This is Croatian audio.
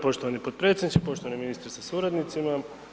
Poštovani potpredsjedniče, poštovani ministre sa suradnicima.